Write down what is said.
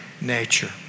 nature